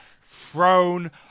thrown